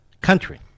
country